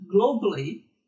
globally